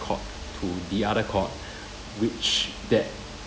court to the other court which that